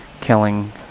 killing